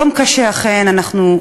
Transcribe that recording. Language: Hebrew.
יום קשה, אכן.